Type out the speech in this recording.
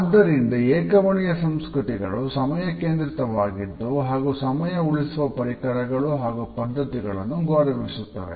ಆದ್ದರಿಂದ ಏಕವರ್ಣೀಯ ಸಂಸ್ಕೃತಿಗಳು ಸಮಯ ಕೇಂದ್ರಿತವಾಗಿದ್ದು ಹಾಗೂ ಸಮಯ ಉಳಿಸುವ ಪರಿಕರಗಳು ಹಾಗೂ ಪದ್ಧತಿಗಳನ್ನು ಗೌರವಿಸುತ್ತವೆ